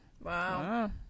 Wow